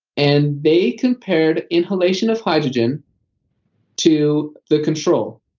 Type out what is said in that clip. and they compared inhalation of hydrogen to the control.